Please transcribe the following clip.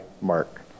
Mark